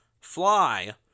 fly